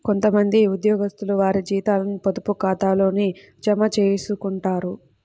కొంత మంది ఉద్యోగస్తులు వారి జీతాలను పొదుపు ఖాతాల్లోకే జమ చేయించుకుంటారు